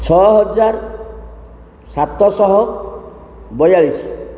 ଛଅ ହଜାର ସାତଶହ ବୟାଳିଶ